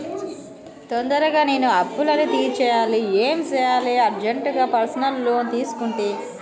తొందరగా నేను అప్పులన్నీ తీర్చేయాలి ఏం సెయ్యాలి అర్జెంటుగా పర్సనల్ లోన్ తీసుకుంటి